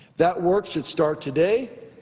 that work should start today,